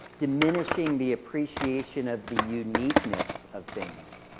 diminishing the appreciation of the uniqueness of things.